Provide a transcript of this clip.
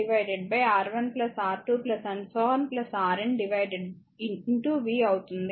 RN v అవుతుంది